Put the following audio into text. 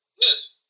Yes